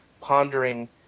pondering